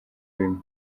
bimwe